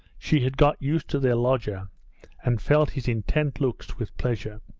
she had got used to their lodger and felt his intent looks with pleasure.